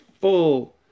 full